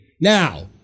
Now